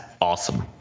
awesome